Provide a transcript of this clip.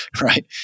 right